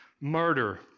Murder